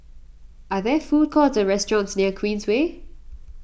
are there food courts or restaurants near Queensway